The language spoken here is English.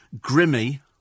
Grimmy